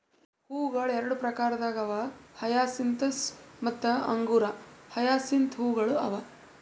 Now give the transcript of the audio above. ಹೂವುಗೊಳ್ ಎರಡು ಪ್ರಕಾರದಾಗ್ ಅವಾ ಹಯಸಿಂತಸ್ ಮತ್ತ ಅಂಗುರ ಹಯಸಿಂತ್ ಹೂವುಗೊಳ್ ಅವಾ